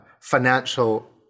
financial